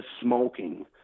smoking